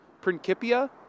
Principia